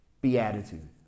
Beatitude